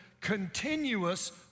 continuous